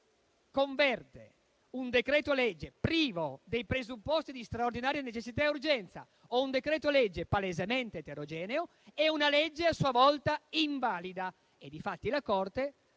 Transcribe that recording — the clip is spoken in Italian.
converte un decreto-legge privo dei presupposti di straordinaria necessità e urgenza o palesemente eterogeneo è a sua volta invalida e difatti la Corte